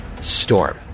storm